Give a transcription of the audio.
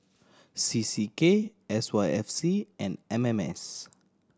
C C K S Y F C and M M S